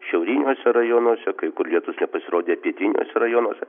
šiauriniuose rajonuose kai kur lietus nepasirodė pietiniuose rajonuose